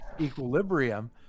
equilibrium